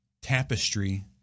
tapestry